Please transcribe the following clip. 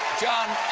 jon,